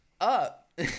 up